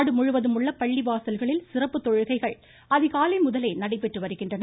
நாடுமுழுவதும் உள்ள பள்ளிவாசல்களில் சிறப்பு தொழுகைகள் அதிகாலை முதலே நடைபெற்று வருகின்றன